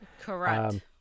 Correct